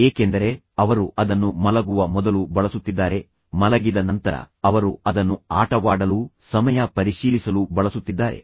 ಏಕೆಂದರೆ ಅವರು ಅದನ್ನು ಮಲಗುವ ಮೊದಲು ಬಳಸುತ್ತಿದ್ದಾರೆ ಮಲಗಿದ ನಂತರ ಅವರು ಅದನ್ನು ಆಟವಾಡಲು ಸಮಯ ಪರಿಶೀಲಿಸಲು ಬಳಸುತ್ತಿದ್ದಾರೆ